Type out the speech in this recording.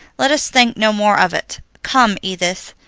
let us think no more of it. come, edith,